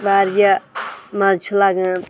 واریاہ مَزٕ چھُ لَگَان